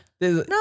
No